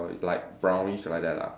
like brownish like that lah